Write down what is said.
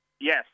Yes